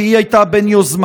כי היא הייתה בין יוזמיו,